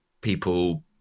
people